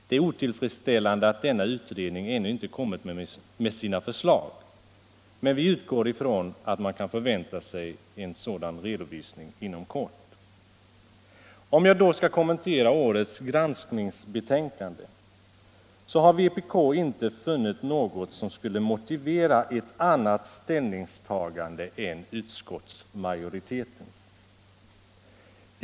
Det är otillfredsställande att denna utredning ännu inte kommit med sina förslag, men vi utgår från att man kan förvänta sig en sådan redovisning inom kort. Om jag sedan kort skall kommentera årets granskningsbetänkande vill jag säga att vpk inte funnit något som skulle motivera ett annat ställningstagande än utskottsmajoritetens.